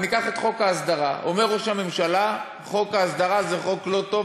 ניקח את חוק ההסדרה: אומר ראש הממשלה שחוק ההסדרה הוא חוק לא טוב,